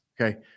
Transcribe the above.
Okay